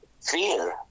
fear